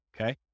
Okay